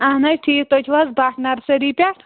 اہن حظ ٹھیٖک تُہۍ چھُوا حظ بٹ نَرسری پیٚٹھ